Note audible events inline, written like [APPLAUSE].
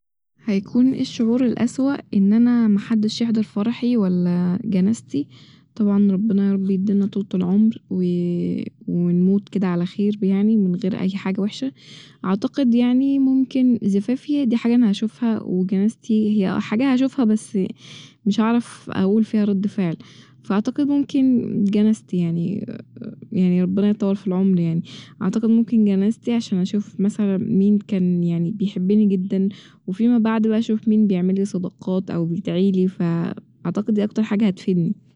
هيكون ايه الشعور الأسوأ إن أنا محدش يحضر فرحي ولا جنازتي؟ طبعا ربنا يارب يديلنا طولة العمر و [HESITATION] ونموت كده على خير يعني من غير أي حاجة وحشة ، أعتقد يعني ممكن زفافي هي دي حاجة أنا هشوفها وجنازتي هي اه هي حاجة هشوفها بس [HESITATION] مش هعرف أقول فيها رد فعل فأعتقد ممكن جنازتي [HESITATION] يعني ربنا يطول فالعمر يعني ، اعتقد ممكن جنازتي عشان أشوف مثلا مين كان يعني بيحبني جدا وفيما بعد بقى أشوف مين بيعملي صدقات أو بيدعيلي ف أعتقد دي اكتر حاجة هتفيدني